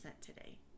today